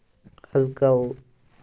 آز کل